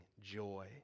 joy